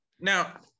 now